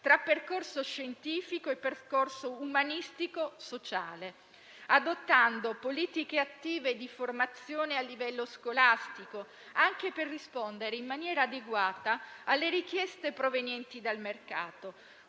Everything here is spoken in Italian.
tra percorso scientifico e umanistico-sociale, adottando politiche attive di formazione a livello scolastico, anche per rispondere in maniera adeguata alle richieste provenienti dal mercato.